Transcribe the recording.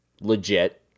legit